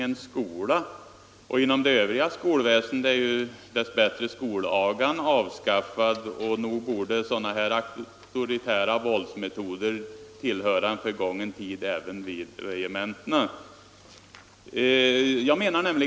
Inom skolväsendet i övrigt är dess bättre agan avskaffad, och nog borde sådana här auktoritära våldsmetoder tillhöra en förgången tid även vid regementena.